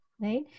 right